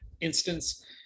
instance